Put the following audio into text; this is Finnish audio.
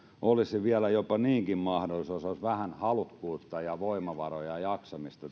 olisi vielä mahdollisuus jos olisi vähän halukkuutta ja voimavaroja ja jaksamista